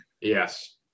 Yes